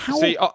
See